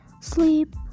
sleep